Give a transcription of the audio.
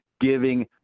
giving